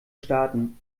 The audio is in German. starten